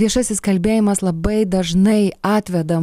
viešasis kalbėjimas labai dažnai atveda